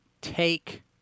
take